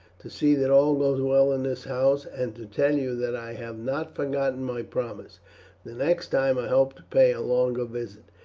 to see that all goes well in this house, and to tell you that i had not forgotten my promise the next time i hope to pay a longer visit.